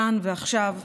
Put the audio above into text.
כאן ועכשיו,